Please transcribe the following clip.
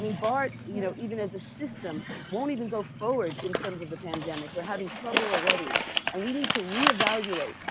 i mean bart you know even as a system won't even go forward in terms of the pandemic. we are having trouble already and we need to reevaluate.